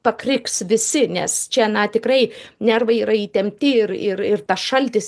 pakriks visi nes čia na tikrai nervai yra įtempti ir ir ir tas šaltis